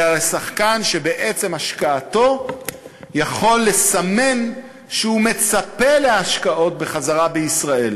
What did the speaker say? אלא לשחקן שבעצם השקעתו יכול לסמן שהוא מצפה להשקעות בחזרה בישראל.